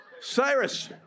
Cyrus